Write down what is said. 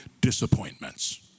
disappointments